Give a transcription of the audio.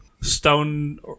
Stone